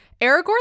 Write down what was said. Aragorn